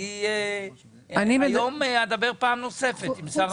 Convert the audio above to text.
אני אדבר היום פעם נוספת עם שר האוצר.